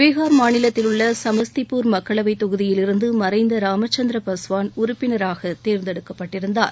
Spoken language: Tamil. பீகார் மாநிலத்தில் உள்ள சமஸ்திபூர் மக்களவைத் தொகுதியில் இருந்து மறைந்த ராமச்சந்திர பஸ்வாள் உறுப்பினராக தேர்ந்தெடுக்கப்பட்டிருந்தார்